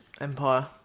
empire